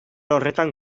horretan